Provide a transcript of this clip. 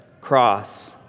cross